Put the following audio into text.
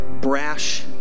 brash